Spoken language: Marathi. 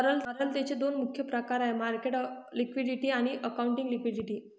तरलतेचे दोन मुख्य प्रकार म्हणजे मार्केट लिक्विडिटी आणि अकाउंटिंग लिक्विडिटी